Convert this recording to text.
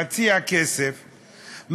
להציע כסף,